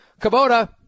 Kubota